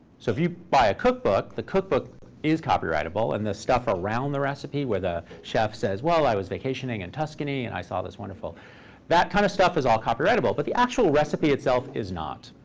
so if you buy a cookbook, the cookbook is copyrightable. and the stuff around the recipe, where the chef says, well, i was vacationing in and tuscany, and i saw this wonderful that kind of stuff is all copyrightable. but the actual recipe itself is not.